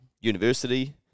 university